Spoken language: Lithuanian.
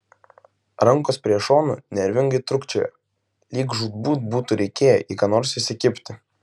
rankos prie šonų nervingai trūkčiojo lyg žūtbūt būtų reikėję į ką nors įsikibti